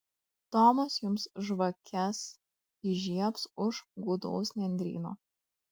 tomas jums žvakes įžiebs už gūdaus nendryno